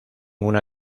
una